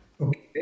Okay